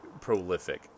prolific